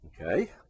Okay